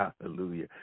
hallelujah